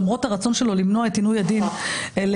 למרות הרצון שלו למנוע את עינוי הדין לנאשם,